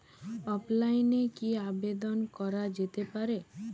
অফলাইনে কি আবেদন করা যেতে পারে?